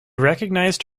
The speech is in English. recognized